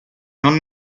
non